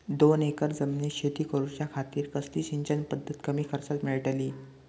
दोन एकर जमिनीत शेती करूच्या खातीर कसली सिंचन पध्दत कमी खर्चात मेलतली?